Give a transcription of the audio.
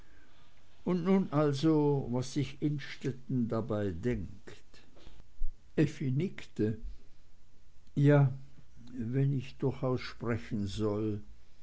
und nun also was sich innstetten dabei denkt effi nickte ja wenn ich durchaus sprechen soll